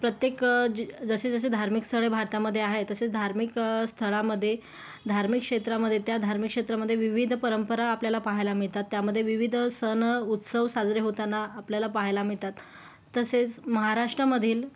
प्रत्येक ज जसे जसे धार्मिक स्थळे भारतामधे आहेत तसेच धार्मिक स्थळामधे धार्मिक क्षेत्रामधे त्या धार्मिक क्षेत्रामधे विविध परंपरा आपल्याला पाहायला मिळतात त्यामधे विविध सण उत्सव साजरे होताना आपल्याला पाहायला मिळतात तसेच महाराष्ट्रामधील